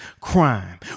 crime